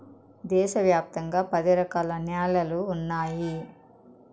దేశ వ్యాప్తంగా పది రకాల న్యాలలు ఉన్నాయి